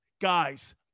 Guys